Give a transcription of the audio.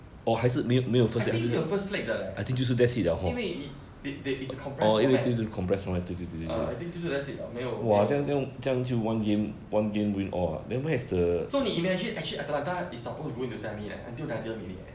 I think 没有 first league 的 leh 因为 e~ the~ they it's a compress format uh I think 就是 that's it liao 没有没有 so 你 imagine actually atlanta is supposed to go into semi leh until guardian made it